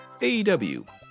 AEW